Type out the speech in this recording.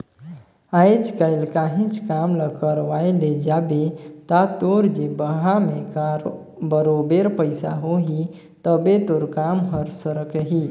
आएज काएल काहींच काम ल करवाए ले जाबे ता तोर जेबहा में बरोबेर पइसा होही तबे तोर काम हर सरकही